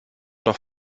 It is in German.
doch